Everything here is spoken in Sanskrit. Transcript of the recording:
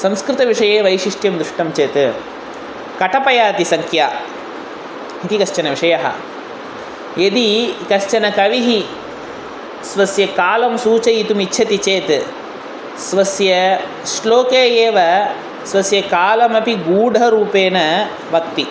संस्कृतविषये वैशिष्ट्यं दृष्टं चेत् कटपयादि सङ्ख्याः इति कश्चन विषयः यदि कश्चन कविः स्वस्य कालं सूचयितुम् इच्छति चेत् स्वस्य श्लोके एव स्वस्य कालमपि गूढरूपेण वक्ति